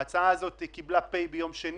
ההצעה הזאת קיבלה פ' ביום שני.